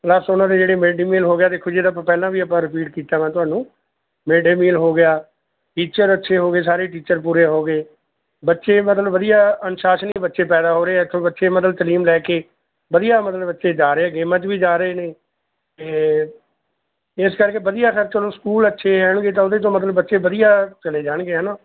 plus ਉਹਨਾਂ ਦੇ ਜਿਹੜੇ ਮਿਡਡੇ ਮੀਲ ਹੋ ਗਿਆ ਦੇਖੋ ਜੀ ਇਹਦਾ ਆਪਾਂ ਪਹਿਲਾਂ ਵੀ ਆਪਾਂ ਰਿਪੀਟ ਕੀਤਾ ਮੈਂ ਤੁਹਾਨੂੰ ਮਿਡਡੇ ਮੀਲ ਹੋ ਗਿਆ ਟੀਚਰ ਅੱਛੇ ਹੋ ਗਏ ਸਾਰੇ ਟੀਚਰ ਪੂਰੇ ਹੋ ਗਏ ਬੱਚੇ ਮਤਲਬ ਵਧੀਆ ਅਨੁਸ਼ਾਸਨੀ ਬੱਚੇ ਪੈਦਾ ਹੋ ਰਹੇ ਇੱਥੋਂ ਬੱਚੇ ਮਤਲਬ ਤਾਲੀਮ ਲੈ ਕੇ ਵਧੀਆ ਮਤਲਬ ਬੱਚੇ ਜਾ ਰਹੇ ਹੈਗੇ ਗੇਮਾਂ 'ਚ ਵੀ ਜਾ ਰਹੇ ਨੇ ਅਤੇ ਇਸ ਕਰਕੇ ਵਧੀਆ ਸਰ ਚੱਲੋ ਸਕੂਲ ਅੱਛੇ ਰਹਿਣਗੇ ਤਾਂ ਉਹਦੇ 'ਚੋਂ ਮਤਲਬ ਬੱਚੇ ਵਧੀਆ ਚਲੇ ਜਾਣਗੇ ਹੈ ਨਾ